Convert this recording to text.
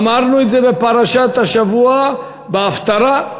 אמרנו את זה בפרשת השבוע בהפטרה: